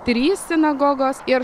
trys sinagogos ir